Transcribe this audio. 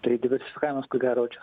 tai dviversifikavimas ko gero čia